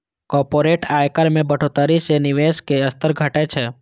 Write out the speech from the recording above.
corporate आयकर मे बढ़ोतरी सं निवेशक स्तर घटै छै